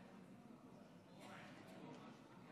נגד, 54,